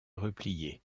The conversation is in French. replier